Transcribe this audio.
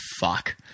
fuck